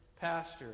pasture